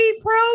pro